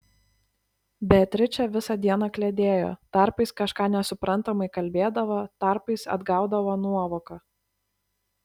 beatričė visą dieną kliedėjo tarpais kažką nesuprantamai kalbėdavo tarpais atgaudavo nuovoką